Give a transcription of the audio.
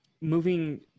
Moving